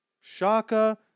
Shaka